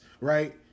right